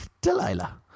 Delilah